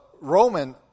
Roman